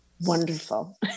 wonderful